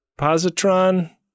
positron